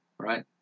right